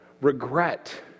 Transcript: regret